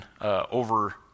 over